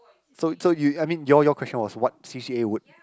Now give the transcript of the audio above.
so so you I mean your your question was what C_C_A would